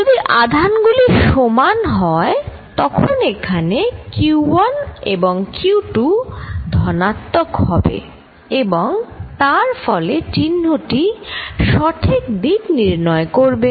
যদি আধানগুলি সমান হয় তখন এখানে q1 এবং q2 ধনাত্মক হবে এবং তার ফলে চিহ্নটি সঠিক দিক নির্ণয় করবে